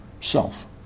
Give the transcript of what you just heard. self